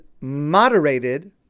moderated